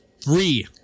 three